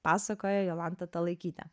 pasakoja jolanta talaikytė